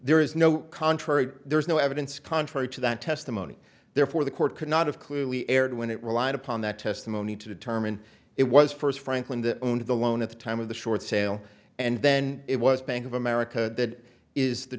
there is no contrary there is no evidence contrary to that testimony therefore the court could not have clearly erred when it relied upon that testimony to determine it was first franklin that owned the loan at the time of the short sale and then it was bank of america that is the